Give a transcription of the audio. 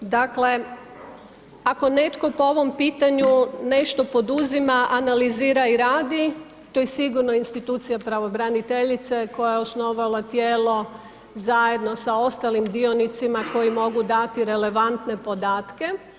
Dakle, ako netko po ovom pitanju nešto poduzima, analizira i radi, to je sigurno institucija pravobraniteljice koja je osnovala tijelo zajedno sa ostalim dionicima koji mogu dati relevantne podatke.